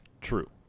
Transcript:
True